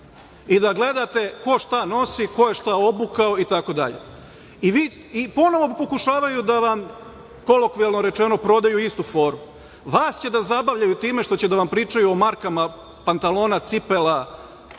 i da gledate ko šta nosi, ko je šta obukao itd. I ponovo pokušavaju da vam, kolokvijalno rečeno, prodaju istu foru, vas će da zabavljaju time što će da vam pričaju o markama pantalona, cipela,